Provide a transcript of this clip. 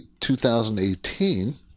2018